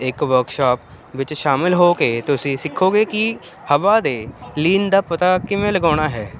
ਇੱਕ ਵਰਕਸ਼ਾਪ ਵਿੱਚ ਸ਼ਾਮਿਲ ਹੋ ਕੇ ਤੁਸੀਂ ਸਿੱਖੋਗੇ ਕਿ ਹਵਾ ਦੇ ਲੀਨ ਦਾ ਪਤਾ ਕਿਵੇਂ ਲਗਾਉਣਾ ਹੈ